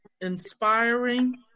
inspiring